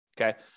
Okay